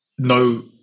No